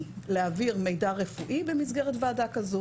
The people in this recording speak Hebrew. להעביר מידע רפואי במסגרת ועדה כזו.